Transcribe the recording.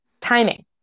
Timing